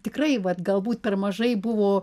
tikrai vat galbūt per mažai buvo